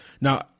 Now